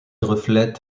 reflète